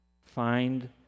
find